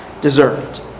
deserved